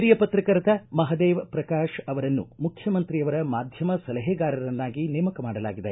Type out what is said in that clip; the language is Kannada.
ಓರಿಯ ಪತ್ರಕರ್ತ ಮಹದೇವ್ ಪ್ರಕಾಶ್ ಅವರನ್ನು ಮುಖ್ಯಮಂತ್ರಿಯವರ ಮಾಧ್ಯಮ ಸಲಹೆಗಾರರನ್ನಾಗಿ ನೇಮಕ ಮಾಡಲಾಗಿದೆ